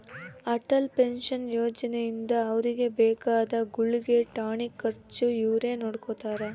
Atal pension ಯೋಜನೆ ಇಂದ ಅವ್ರಿಗೆ ಬೇಕಾದ ಗುಳ್ಗೆ ಟಾನಿಕ್ ಖರ್ಚು ಅವ್ರೆ ನೊಡ್ಕೊತಾರ